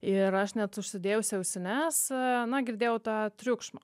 ir aš net užsidėjusi ausines na girdėjau tą triukšmą